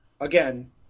Again